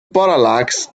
parallax